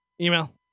Email